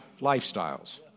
lifestyles